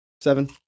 Seven